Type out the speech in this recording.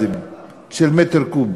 של עשרות מיליארדי מ"ק,